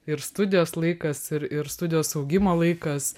ir studijos laikas ir ir studijos augimo laikas